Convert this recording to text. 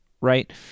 right